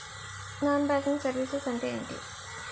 Non banking services అంటే ఎంటి?